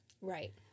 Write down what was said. Right